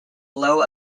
low